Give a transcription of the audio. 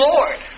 Lord